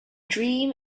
dream